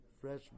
fresh